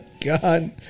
God